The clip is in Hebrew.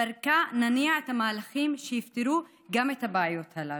דרכה נניע את המהלכים שיפתרו גם את הבעיות הללו.